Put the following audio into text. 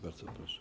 Bardzo proszę.